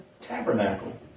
tabernacle